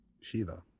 Shiva